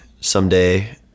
someday